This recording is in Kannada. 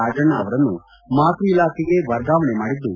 ರಾಜಣ್ಣ ಅವರನ್ನು ಮಾತೃ ಇಲಾಖೆಗೆ ವರ್ಗಾವಣೆ ಮಾಡಿದ್ದು